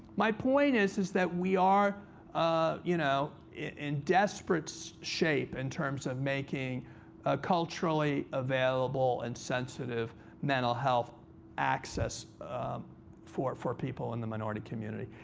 my point is is that we are ah you know in desperate so shape in terms of making a culturally available and sensitive mental health access for for people in the minority community.